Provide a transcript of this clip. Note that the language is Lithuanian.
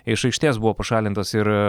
iš aikštės buvo pašalintas ir